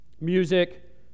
music